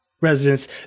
residents